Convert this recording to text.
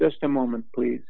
just a moment please